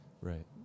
right